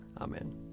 Amen